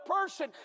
person